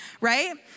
right